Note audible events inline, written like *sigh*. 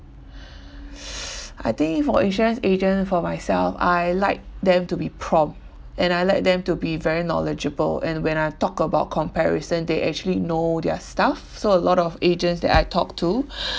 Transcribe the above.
*breath* *noise* I think for insurance agent for myself I like them to be prompt and I like them to be very knowledgeable and when I talk about comparison they actually know their stuff so a lot of agents that I talk to *breath*